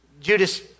Judas